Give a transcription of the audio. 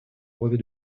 brevet